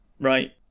right